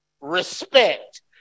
respect